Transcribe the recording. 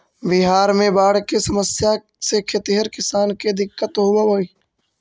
बिहार में बाढ़ के समस्या से खेतिहर किसान के दिक्कत होवऽ हइ